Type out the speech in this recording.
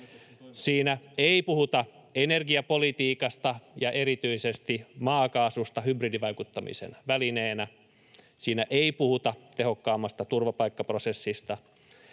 Siinä ei puhuta energiapolitiikasta ja erityisesti maakaasusta hybridivaikuttamisen välineenä. Siinä ei puhuta tehokkaammasta turvapaikkaprosessista.